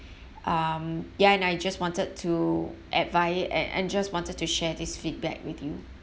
um ya and I just wanted to advi~ ad~ and just wanted to share this feedback with you